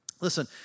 Listen